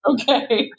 okay